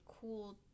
cool